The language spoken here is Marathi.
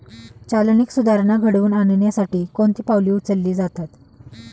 चालनीक सुधारणा घडवून आणण्यासाठी कोणती पावले उचलली जातात?